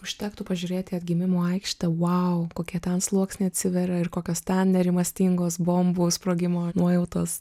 užtektų pažiūrėti į atgimimo aikštę vau kokie ten sluoksniai atsiveria ir kokios ten nerimastingos bombų sprogimo nuojautos